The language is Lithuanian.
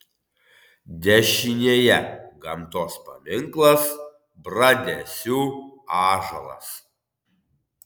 dešinėje gamtos paminklas bradesių ąžuolas